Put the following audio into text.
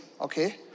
okay